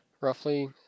roughly